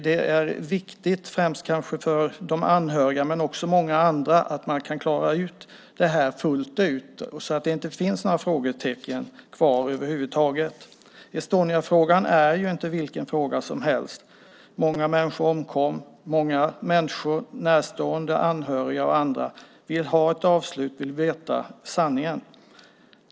Det är viktigt, kanske främst för de anhöriga, men också för många andra, att man kan klara ut detta fullt ut så att det inte finns några frågetecken kvar över huvud taget. Estoniafrågan är ju inte vilken fråga som helst. Många människor omkom. Många människor - närstående, anhöriga och andra - vill ha ett avslut. De vill veta sanningen.